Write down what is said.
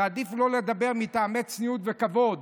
ועדיף לא לדבר מטעמי צניעות וכבוד,